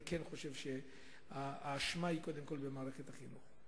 אני כן חושב שהאשמה היא קודם כול במערכת החינוך,